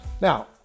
now